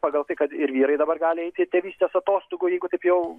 pagal tai kad ir vyrai dabar gali eiti tėvystės atostogų jeigu taip jau